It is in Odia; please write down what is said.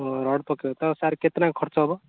ହଁ ରଡ଼୍ ପକାଇବେ ତ ସାର୍ କେତେ ଟଙ୍କା ଖର୍ଚ୍ଚ ହବ